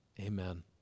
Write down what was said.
Amen